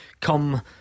come